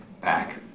back